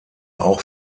auch